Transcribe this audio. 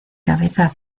cabeza